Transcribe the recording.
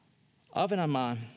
ahvenanmaa